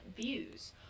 views